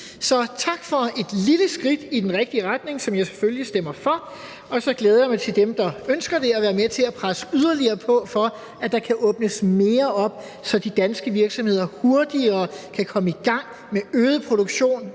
Så tak for et lille skridt i den rigtige retning, som jeg selvfølgelig stemmer for, og jeg glæder mig til sammen med dem, der ønsker det, at være med til at presse yderligere på for, at der kan åbnes mere op, så de danske virksomheder hurtigere kan komme i gang med øget produktion,